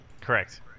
Correct